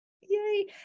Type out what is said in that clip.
Yay